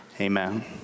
Amen